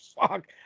fuck